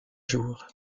jour